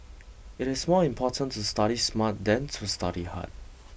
it is more important to study smart than to study hard